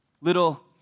Little